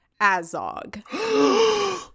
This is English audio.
Azog